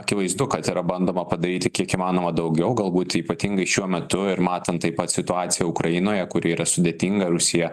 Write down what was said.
akivaizdu kad yra bandoma padaryti kiek įmanoma daugiau galbūt ypatingai šiuo metu ir matant taip pat situaciją ukrainoje kuri yra sudėtinga rusija